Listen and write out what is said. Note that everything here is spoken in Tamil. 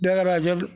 தியாகராஜன்